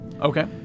okay